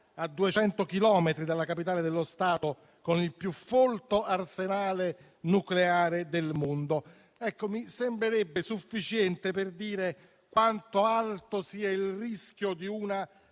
a 200 chilometri dalla capitale dello Stato con il più folto arsenale nucleare del mondo. Ebbene, mi sembrerebbe sufficiente per dire quanto alto sia il rischio di una